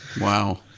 wow